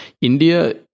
India